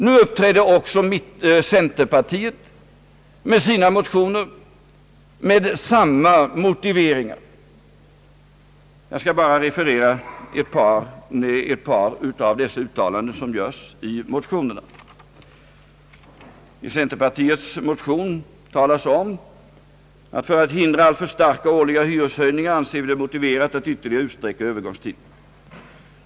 Nu uppträdde också centerpartiet med motioner med samma motiveringar. Jag skall bara referera ett par av de uttalanden som görs i motionerna. I centerpartiets motion heter det: »För att hindra alltför starka årliga hyreshöjningar anser vi det motiverat att ytterligare utsträcka övergångstiden.